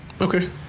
okay